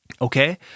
okay